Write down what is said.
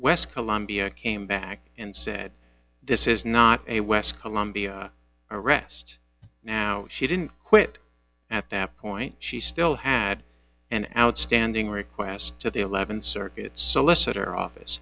west columbia came back and said this is not a west colombia arrest now she didn't quit at that point she still had an outstanding request to the th circuit solicitor office